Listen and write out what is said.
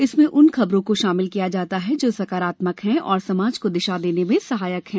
इसमें उन खबरों को शामिल किया जाता है जो सकारात्मक हैं और समाज को दिशा देने में सहायक हैं